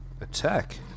attack